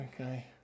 Okay